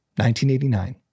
1989